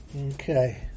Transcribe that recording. Okay